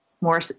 more